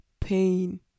pain